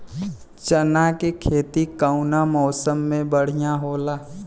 चना के खेती कउना मौसम मे बढ़ियां होला?